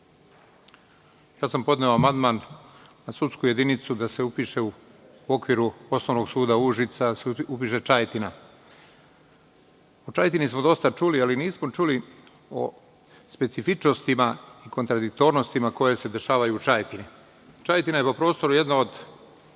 sam amandman na sudsku jedinicu da se upiše u okviru Osnovnog suda Užica da se upiše Čajetina. O Čajetini smo dosta čuli, ali nismo čuli o specifičnostima i kontradiktornostima koje se dešavaju u Čajetini. Čajetina je po prostoru jedna od